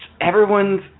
everyone's